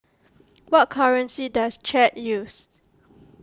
what currency does Chad used